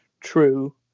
true